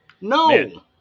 No